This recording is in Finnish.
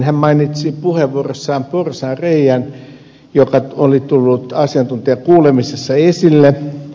hän mainitsi puheenvuorossaan porsaanreiän joka oli tullut asiantuntijakuulemisessa esille